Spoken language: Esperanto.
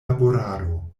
laborado